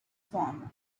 form